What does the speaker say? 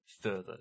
further